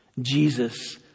Jesus